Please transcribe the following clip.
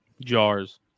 jars